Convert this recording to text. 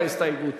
הסתייגות